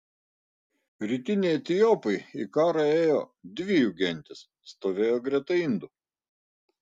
rytiniai etiopai į karą ėjo dvi jų gentys stovėjo greta indų